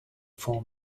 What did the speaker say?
four